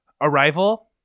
Arrival